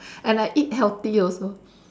and I eat healthy also